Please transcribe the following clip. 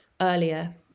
earlier